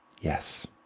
yes